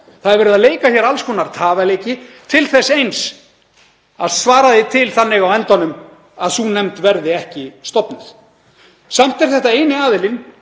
Það er verið að leika hér alls konar tafaleiki til þess eins að svara því til þannig á endanum að sú nefnd verði ekki stofnuð. Samt er þetta eini aðilinn